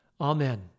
Amen